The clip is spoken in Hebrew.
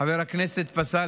חבר הכנסת פסל,